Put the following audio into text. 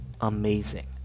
amazing